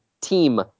Team